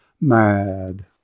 mad